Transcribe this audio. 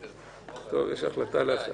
נעולה.